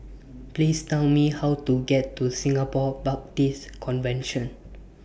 Please Tell Me How to get to Singapore Baptist Convention